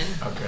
okay